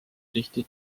tihti